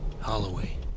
Holloway